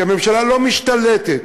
כי הממשלה לא משתלטת